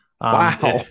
Wow